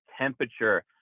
temperature